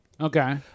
Okay